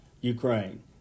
Ukraine